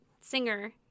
singer